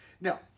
Now